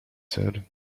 said